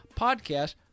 podcast